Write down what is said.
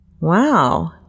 Wow